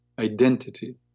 identity